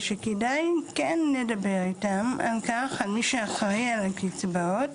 כדי להוביל מהלך לפיו תהיה קרן מסוימת